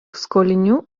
skolinių